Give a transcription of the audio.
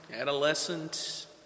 adolescent